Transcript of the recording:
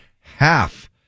half